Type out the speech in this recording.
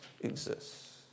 exists